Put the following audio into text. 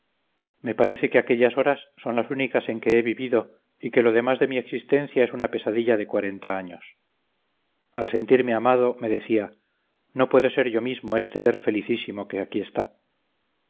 me parece que aquellas horas son las únicas en que he vivido y que lo demás de mi existencia es una pesadilla de cuarenta años al sentirme amado me decía no puedo ser yo mismo este ser felicísimo que aquí está